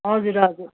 हजुर हजुर